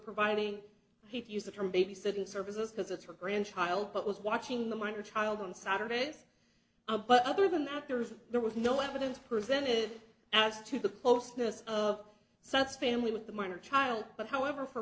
providing he used the term babysitting services because of her grandchild but was watching the minor child on saturdays but other than that there was there was no evidence presented as to the closeness of such family with the minor child but however for